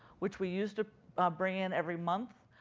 which we used to bring in every month,